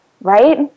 Right